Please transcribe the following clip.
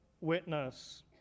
witness